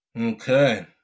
Okay